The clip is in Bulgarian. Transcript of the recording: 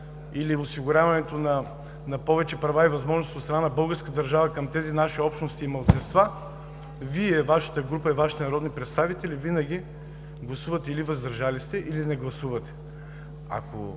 или осигуряването на повече права и възможности от страна на българската държава към тези наши общности и малцинства, Вие, Вашата група и Вашите народни представители винаги гласувате или „въздържали се“, или не гласувате,